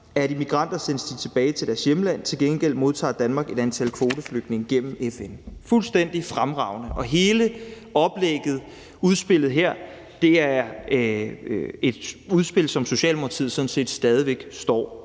Er de migranter, sendes de tilbage til deres hjemland. Til gengæld modtager Danmark et antal kvoteflygtninge gennem FN.« Det er fuldstændig fremragende, og hele oplægget, altså udspillet her, er et udspil, som Socialdemokratiet stadig væk står